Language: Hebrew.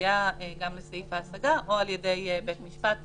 ונגיע גם לסעיף ההשגה או על-ידי בית משפט בעתירה.